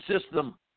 system